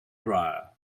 dryer